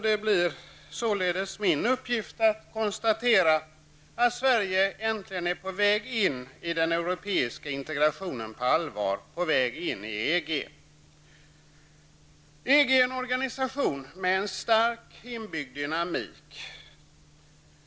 Det blir således min uppgift att konstatera att Sverige äntligen på allvar är på väg in i den europeiska integrationen, på väg in i EG. EG är en organisation med en stark inbyggd dynamik.